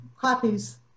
copies